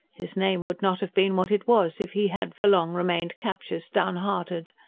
his name would not have been what it was if he had for long remained captious, downhearted.